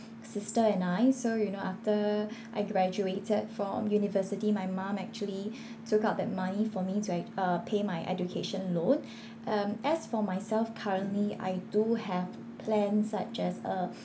sister and I so you know after I graduated from university my mum actually took out that money for me to act~ uh pay my education loan um as for myself currently I do have plans such as a